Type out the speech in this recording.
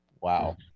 Wow